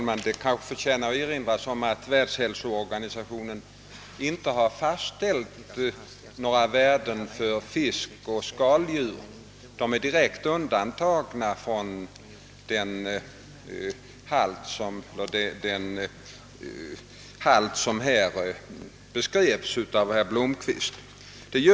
Herr talman! Det förtjänar erinras om att världshälsoorganisationen inte har fastställt några värden när det gäller kvicksilverhalten i fisk och skaldjur. Dessa födoämnen är direkt undantagna från den maximihalt av kvicksilver som herr Blomkvist talade om.